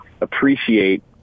appreciate